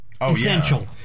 Essential